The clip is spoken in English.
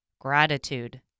gratitude